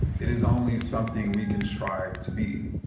it is only something we can strive to be.